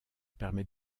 permet